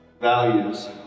values